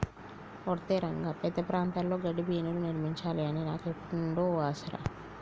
ఒరై రంగ పెద్ద ప్రాంతాల్లో గడ్డిబీనులు నిర్మించాలి అని నాకు ఎప్పుడు నుండో ఓ ఆశ రా